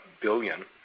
billion